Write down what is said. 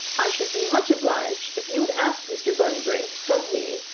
i should be much obliged if you would ask mr. bunbury, from me,